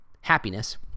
happiness